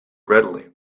readily